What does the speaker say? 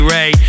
Ray